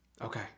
Okay